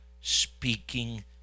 speaking